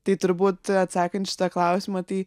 tai turbūt atsakant į šitą klausimą tai